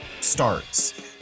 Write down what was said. starts